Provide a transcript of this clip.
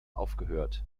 aufgehört